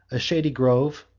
a shady grove,